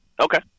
Okay